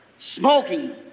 smoking